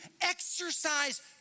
exercise